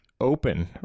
open